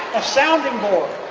a sounding board,